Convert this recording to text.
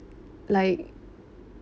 like